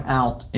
out